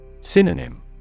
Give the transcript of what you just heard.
Synonym